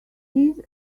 his